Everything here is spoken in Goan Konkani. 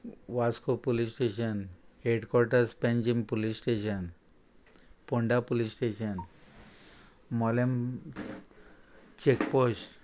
Vasco police station headquarters Panjim police station Ponda police station Mollem checkpost